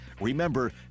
Remember